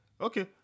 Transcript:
Okay